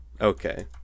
Okay